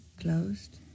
closed